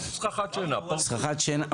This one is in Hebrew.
סככת שינה, הרבה מיטות.